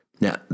Now